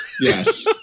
Yes